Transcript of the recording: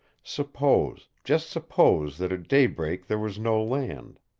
suppose, just suppose, that at daybreak there was no land.